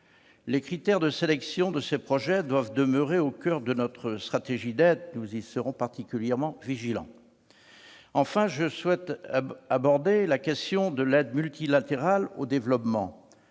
Les critères de sélection de ces projets doivent demeurer au coeur de notre stratégie d'aide. Nous y serons particulièrement vigilants. Enfin, j'aborderai la question de l'aide multilatérale au développement.